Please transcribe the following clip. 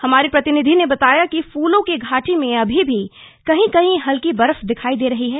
हमारे प्रतिनिधि ने बताया कि फूलों की घाटो मे अभी भी कहीं कहीं हल्की बर्फ दिखाई दे रही है